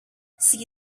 see